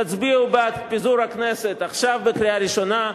תצביעו בעד פיזור הכנסת עכשיו בקריאה ראשונה,